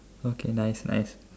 okay nice nice